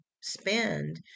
spend